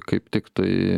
kaip tik tai